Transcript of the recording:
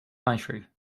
country